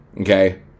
Okay